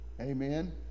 Amen